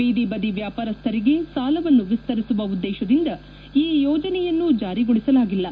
ಬೀದಿ ಬದಿ ವ್ಯಾಪಾರಸ್ವರಿಗೆ ಸಾಲವನ್ನು ವಿಸ್ತರಿಸುವ ಉದ್ದೇಶದಿಂದ ಈ ಯೋಜನೆಯನ್ನು ಜಾರಿಗೊಳಿಸಲಾಗಿಲ್ಲ